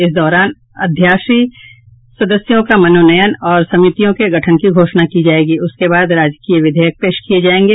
इस दौरान अध्याशी सदस्यों का मनोनयन और समितियों के गठन की घोषणा की जायेगी उसके बाद राजकीय विधेयक पेश किये जायेंगे